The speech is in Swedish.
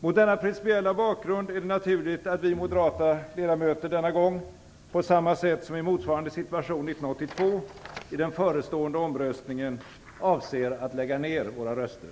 Mot denna principiella bakgrund är det naturligt att vi moderata ledamöter denna gång - på samma sätt som i motsvarande situation 1982 - i den förestående omröstningen avser att lägga ned våra röster.